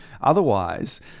otherwise